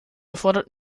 erfordert